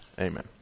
Amen